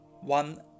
one